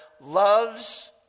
loves